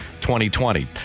2020